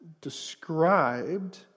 described